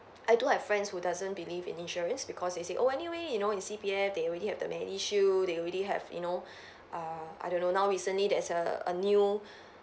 I do have friends who doesn't believe in insurance because they say oh anyway you know in C_P_F they already have the MediShield they already have you know uh I don't know now recently there's a a new